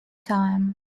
time